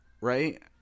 right